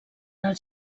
els